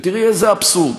ותראי איזה אבסורד.